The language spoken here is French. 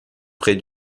près